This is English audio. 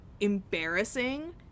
embarrassing